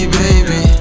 baby